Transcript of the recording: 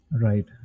Right